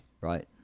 Right